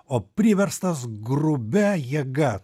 o priverstas grubia jėga